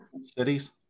cities